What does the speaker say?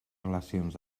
relacions